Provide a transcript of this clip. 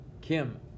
kim